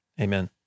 Amen